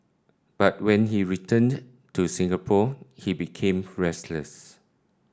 but when he returned to Singapore he became restless